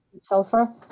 sulfur